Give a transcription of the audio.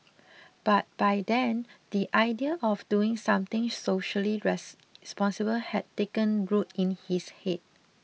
but by then the idea of doing something socially responsible had taken root in his head